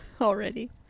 already